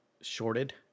shorted